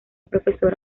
profesor